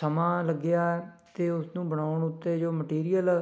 ਸਮਾਂ ਲੱਗਿਆ ਅਤੇ ਉਸ ਨੂੰ ਬਣਾਉਣ ਉੱਤੇ ਜੋ ਮਟੀਰੀਅਲ